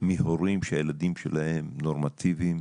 מהורים שהילדים שלהם נורמטיביים,